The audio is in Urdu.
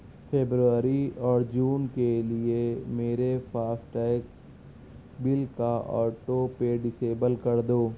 فبروری اور جون کے لیے میرے فاسٹیگ بل کا آٹو پے ڈسیبل کر دو